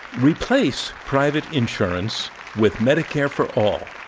replace private insurance with medicare for all,